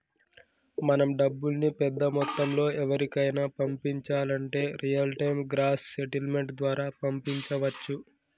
మనం డబ్బుల్ని పెద్ద మొత్తంలో ఎవరికైనా పంపించాలంటే రియల్ టైం గ్రాస్ సెటిల్మెంట్ ద్వారా పంపించవచ్చు